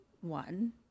one